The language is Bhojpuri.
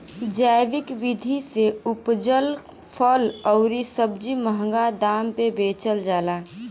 जैविक विधि से उपजल फल अउरी सब्जी महंगा दाम पे बेचल जाला